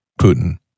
Putin